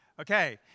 Okay